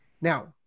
Now